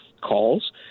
calls